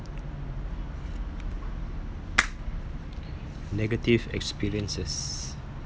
negative experiences